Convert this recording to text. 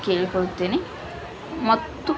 ಕೇಳಿಕೊಳ್ಳುತ್ತೇನೆ ಮತ್ತು